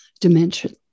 dimension